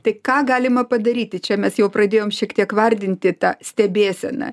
tai ką galima padaryti čia mes jau pradėjom šiek tiek vardinti tą stebėseną